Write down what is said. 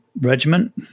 Regiment